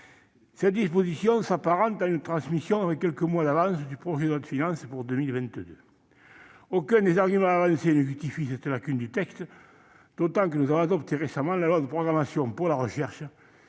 Cette disposition s'apparente à une transmission avec quelques mois d'avance du projet de loi de finances pour 2022. Aucun des arguments avancés ne justifie cette lacune du texte, d'autant que nous avons adopté récemment la loi de programmation pour la recherche,